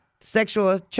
Sexual